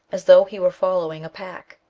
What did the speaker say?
as though he were following a pack.